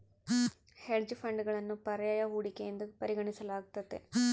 hedge ಫಂಡ್ಗಳನ್ನು ಪರ್ಯಾಯ ಹೂಡಿಕೆ ಎಂದು ಪರಿಗಣಿಸಲಾಗ್ತತೆ